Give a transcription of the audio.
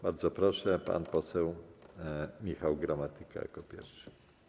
Bardzo proszę, pan poseł Michał Gramatyka jako pierwszy.